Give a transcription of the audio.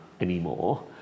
anymore